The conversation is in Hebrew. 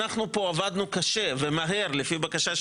אנחנו פה עבדנו קשה ומהר לפי בקשה של